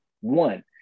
One